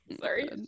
Sorry